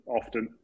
often